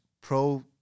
pro